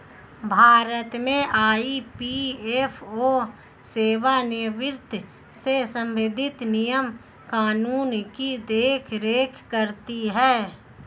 भारत में ई.पी.एफ.ओ सेवानिवृत्त से संबंधित नियम कानून की देख रेख करती हैं